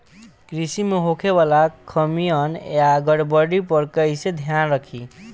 कृषि में होखे वाला खामियन या गड़बड़ी पर कइसे ध्यान रखि?